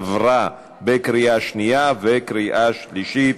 עבר בקריאה שלישית.